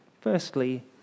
Firstly